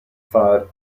fired